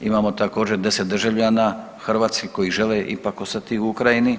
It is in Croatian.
Imamo također 10 državljana hrvatskih koji žele ipak ostati u Ukrajini.